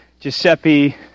Giuseppe